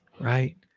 right